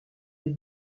des